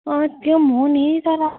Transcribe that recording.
अँ त्यो पनि हो नि तर